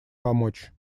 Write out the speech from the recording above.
помочь